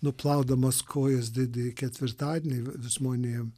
nuplaudamas kojas didįjį ketvirtadienį žmonėm